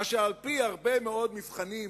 מה שעל-פי הרבה מאוד מבחנים,